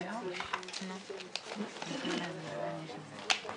ילד זה משהו שאפשר לראות והוא רשום